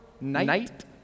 Night